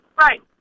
Right